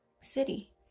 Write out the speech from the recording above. city